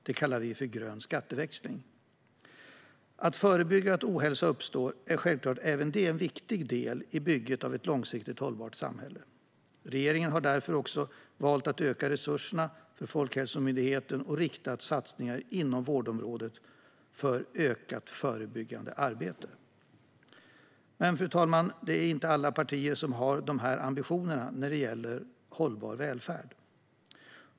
Det kallar vi grön skatteväxling. Att förebygga ohälsa är självklart även det en viktig del i bygget av ett långsiktigt hållbart samhälle. Regeringen har därför valt att öka resurserna till Folkhälsomyndigheten och har riktat satsningar inom vårdområdet för ökat förebyggande arbete. Fru talman! Det är dock inte alla partier som har de här ambitionerna när det gäller hållbar välfärd.